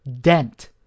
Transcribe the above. dent